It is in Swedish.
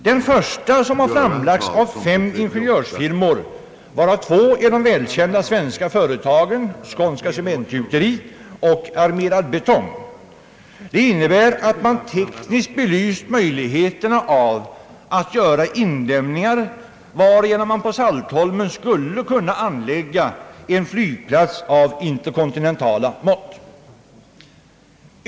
Den första, som framlagts av fem ingenjörsfirmor, av vilka två är de välkända svenska företagen Skånska Cementgjuteriet och Armerad Betong, innebär att man tekniskt belyst möjligheterna av att göra indämningar, varigenom en flygplats av interkontinentala mått skulle kunna anläggas på Saltholm.